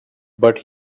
but